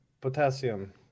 potassium